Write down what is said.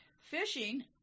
Fishing